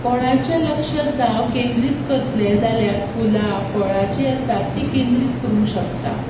कोणाचें लक्ष जावं केंद्रीत करतलें जाल्यार फुलां फळां जीं आसा तीं केंद्रीत करूंक शकता